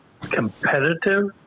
competitive